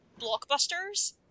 blockbusters